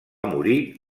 morir